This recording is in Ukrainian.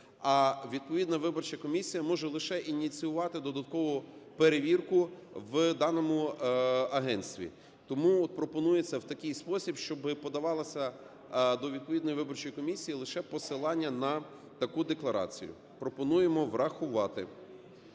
А відповідно виборча комісія може лише ініціювати додаткову перевірку в даному агентстві. Тому пропонується в такий спосіб, щоби подавалося до відповідної виборчої комісії лише посилання на таку декларацію. Пропонуємо врахувати.